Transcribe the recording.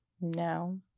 No